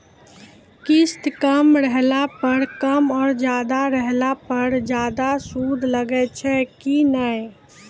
किस्त कम रहला पर कम और ज्यादा रहला पर ज्यादा सूद लागै छै कि नैय?